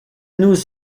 nous